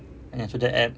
through the app